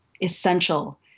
essential